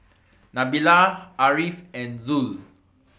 Nabila Ariff and Zul